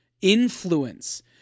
influence